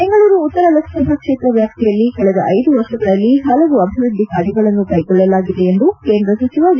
ಬೆಂಗಳೂರು ಉತ್ತರ ಲೋಕಸಭಾ ಕ್ಷೇತ್ರ ವ್ಯಾಪ್ತಿಯಲ್ಲಿ ಕಳೆದ ಐದು ವರ್ಷಗಳಲ್ಲಿ ಹಲವು ಅಭಿವೃದ್ದಿ ಕಾರ್ಯಗಳನ್ನು ಕೈಗೊಳ್ಳಲಾಗಿದೆ ಎಂದು ಕೇಂದ್ರ ಸಚಿವ ಡಿ